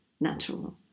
natural